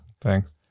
Thanks